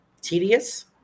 tedious